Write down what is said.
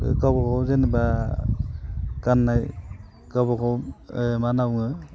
गावबागाव जेनोबा गाननाय गावबागाव मा होनना बुङो